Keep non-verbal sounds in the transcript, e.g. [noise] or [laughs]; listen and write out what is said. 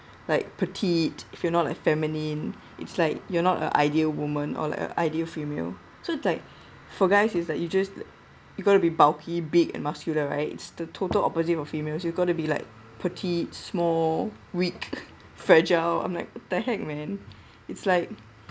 like petite if you're not like feminine it's like you're not a ideal woman or like a ideal female so it's like for guys it's like you just you got to be bulky big and muscular right it's the total opposite for females you got to be like petite small weak [laughs] fragile I'm like what the heck man it's like